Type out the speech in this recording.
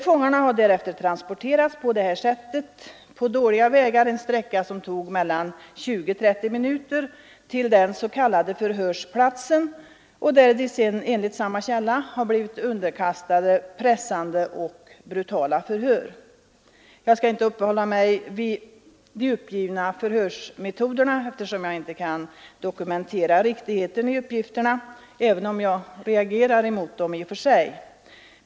Sedan har fångarna transporterats på detta sätt i 20-30 minuter på dåliga vägar till den s.k. förhörsplatsen, där de enligt samma källa underkastats pressande och brutala förhör. Jag skall här inte uppehålla mig vid de uppgivna förhörsmetoderna — även om jag i och för sig reagerar mot dem — eftersom jag inte kan dokumentera uppgifternas riktighet.